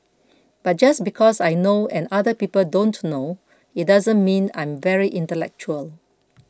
but just because I know and other people don't know it doesn't mean I'm very intellectual